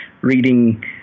reading